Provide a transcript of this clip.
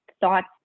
thoughts